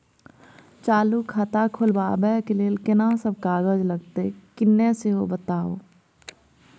चालू खाता खोलवैबे के लेल केना सब कागज लगतै किन्ने सेहो बताऊ?